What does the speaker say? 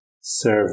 serve